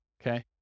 okay